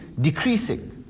decreasing